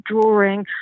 drawing